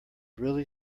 really